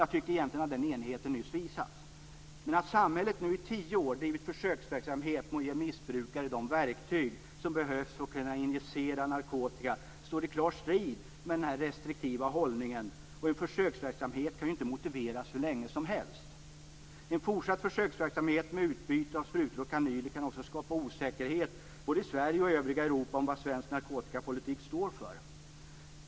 Jag tycker egentligen att den enigheten nyss visades. Att samhället nu i tio år har bedrivit försöksverksamhet med att ge missbrukare de verktyg som behövs för att kunna injicera narkotika står helt klart i strid med denna restriktiva hållning.